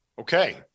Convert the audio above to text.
Okay